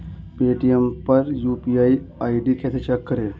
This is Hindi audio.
पेटीएम पर यू.पी.आई आई.डी कैसे चेक करें?